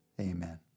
Amen